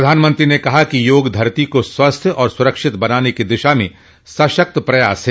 प्रधानमंत्री ने कहा कि योग धरती को स्वस्थ और सुरक्षित बनाने की दिशा में सशक्त प्रयास है